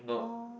not